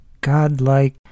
godlike